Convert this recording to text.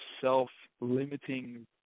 self-limiting